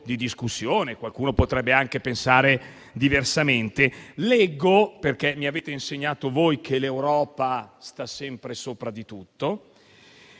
di discussione e qualcuno potrebbe anche pensare diversamente, leggo - avendomi insegnato voi che l'Europa sta sempre sopra di tutto